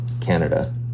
Canada